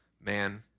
man